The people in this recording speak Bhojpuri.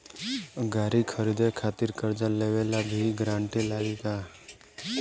गाड़ी खरीदे खातिर कर्जा लेवे ला भी गारंटी लागी का?